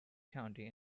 county